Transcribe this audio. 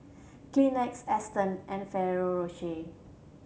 Kleenex Aston and Ferrero Rocher